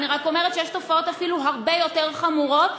אני רק אומרת שיש תופעות אפילו הרבה יותר חמורות,